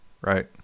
right